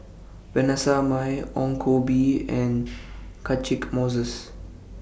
Vanessa Mae Ong Koh Bee and Catchick Moses